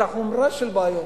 את החומרה של הבעיות.